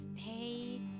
stay